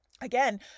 again